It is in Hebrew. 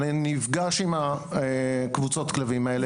אני נפגש עם קבוצות הכלבים האלה בשטח.